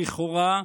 לכאורה,